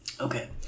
Okay